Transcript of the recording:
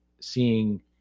seeing